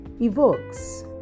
evokes